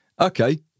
okay